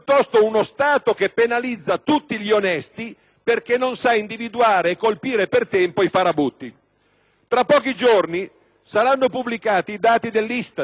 Tra pochi giorni saranno pubblicati i dati dell'ISTAT sull'occupazione dell'ultimo trimestre, il primo della crisi. Vorrei tanto sbagliarmi,